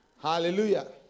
Hallelujah